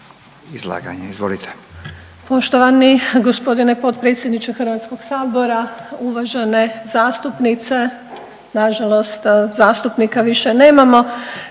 izvolite.